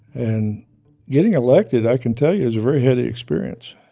and getting elected, i can tell you, is a very heady experience.